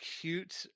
cute